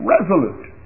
Resolute